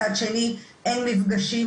מצד שני אין מפגשים,